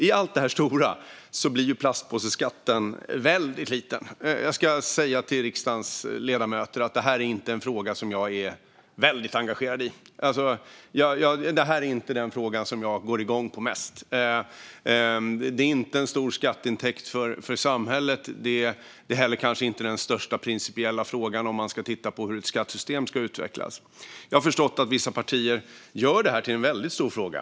I detta stora perspektiv blir plastpåseskatten väldigt liten. Jag ska säga till riksdagens ledamöter att detta inte är en fråga som jag är väldigt engagerad i. Det här är inte den fråga som jag mest går igång på. Det är inte en stor skatteintäkt för samhället. Det är kanske inte heller den största principiella frågan om man ska titta på hur ett skattesystem ska utvecklas. Jag har förstått att vissa partier gör det här till en väldigt stor fråga.